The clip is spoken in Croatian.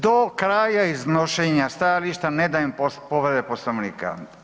Do kraja iznošenja stajališta ne dajem povrede Poslovnika.